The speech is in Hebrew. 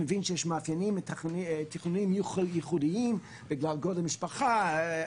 אני מבין שיש מאפיינים תכנוניים ייחודיים בגלל גודל המשפחה,